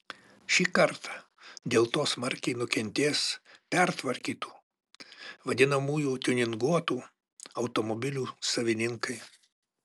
šį kartą dėl to smarkiai nukentės pertvarkytų vadinamųjų tiuninguotų automobilių savininkai